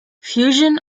fusion